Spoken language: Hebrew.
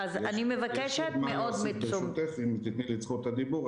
יש לך נקודות לדיון הזה?